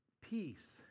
Peace